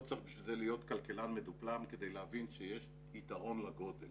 לא צריך להיות כלכלן מדופלם כדי להבין שיש יתרון לגודל